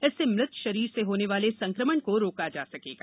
इससे मृत शरीर से होने वाले संक्रमण को रोका जा सकेगा